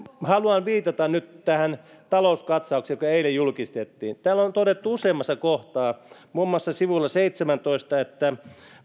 haluan viitata nyt tähän talouskatsaukseen joka eilen julkistettiin täällä on todettu useammassa kohtaa muun muassa sivulla seitsemäntoista että